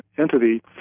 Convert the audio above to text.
entity